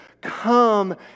Come